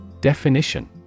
Definition